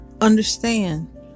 understand